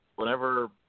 Whenever